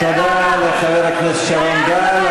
תודה רבה לחבר הכנסת שרון גל.